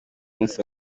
musi